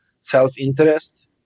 self-interest